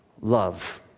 love